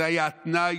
זה היה התנאי